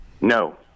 No